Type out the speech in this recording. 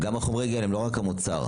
גם חומרי גלם, לא רק המוצר.